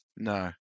No